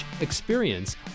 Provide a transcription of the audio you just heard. experience